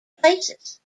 places